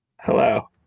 Hello